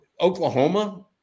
Oklahoma